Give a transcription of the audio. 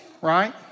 right